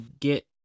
get